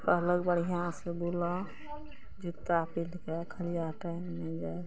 कहलक बढ़िआँ सऽ बुलऽ जूता पहिर कऽ खेलिहऽ पएर नहि जाइ